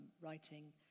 writing